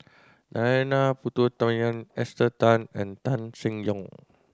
Narana Putumaippittan Esther Tan and Tan Seng Yong